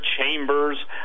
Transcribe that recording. chambers